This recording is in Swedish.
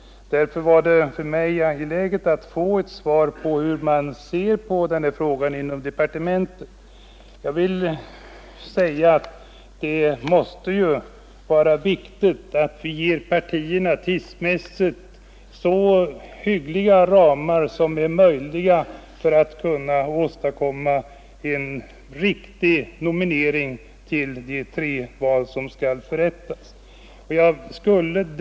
Därför var det för mig angeläget att få ett svar på hur man ser på denna fråga inom departementet. Det måste vara viktigt att vi ger partierna tidsmässigt så hyggliga ramar som möjligt för att kunna åstadkomma en riktig nominering till de tre val som skall förrättas.